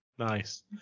nice